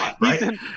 right